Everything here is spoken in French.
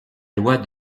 loi